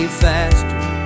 faster